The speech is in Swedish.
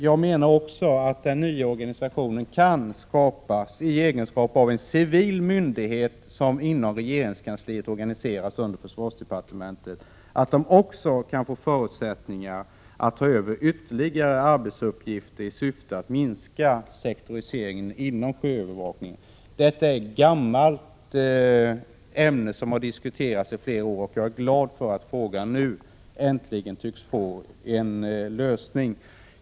Jag menar att den nya organisationen, i egenskap av civil myndighet som inom regeringskansliet organiseras under försvarsdepartementet, också kan få förutsättningar att ta över ytterligare uppgifter i syfte att minska sektoriseringen inom sjöövervakningen. Detta är ett gammalt ämne, som har diskuterats i flera år. Jag är glad för att frågan nu äntligen tycks få en lösning.